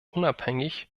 unabhängig